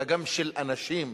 אלא גם של אנשים,